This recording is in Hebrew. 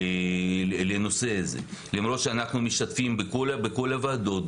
לנושא הזה למרות שאנחנו משתתפים בכל הוועדות,